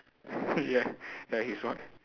ya ya he's white